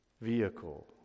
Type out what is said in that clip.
vehicle